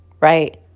right